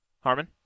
Harmon